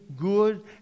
good